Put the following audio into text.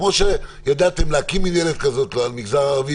כמו שידעתם להקים מינהלת כזאת למגזר הערבי,